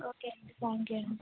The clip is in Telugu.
ఓకే థాంక్ యూ అండి